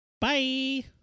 Bye